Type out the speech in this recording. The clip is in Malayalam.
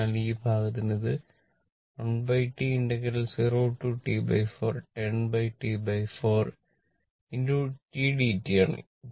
അതിനാൽ ഈ ഭാഗത്തിന് ഇത് 1 T 0T410T4 tdt ആണ്